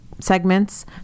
Segments